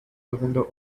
window